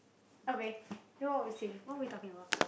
okay you know what we saying what were we talking about